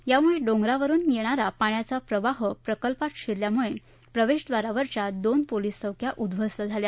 यामुळे डोंगरावरून येणारा पाण्याचा प्रवाह प्रकल्पात शिरल्यामूळे प्रवेशद्वारावरच्या दोन पोलीस चौक्या उध्वस्त झाल्या